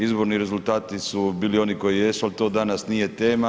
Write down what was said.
Izborni rezultati su bili oni koji jesu, ali to danas nije tema.